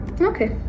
okay